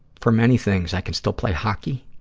for many things. i can still play hockey.